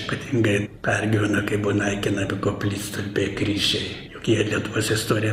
ypatingai pergyveno kai buvo naikinami koplytstulpiai kryžiai juk jie lietuvos istorija